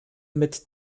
mit